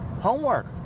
homework